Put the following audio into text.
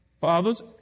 Fathers